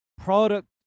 product